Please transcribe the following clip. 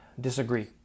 Disagree